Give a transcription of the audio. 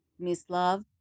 Mislav